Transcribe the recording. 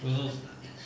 mm mm